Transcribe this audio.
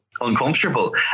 uncomfortable